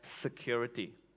security